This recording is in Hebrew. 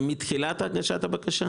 זה מתחילת הגשת הבקשה?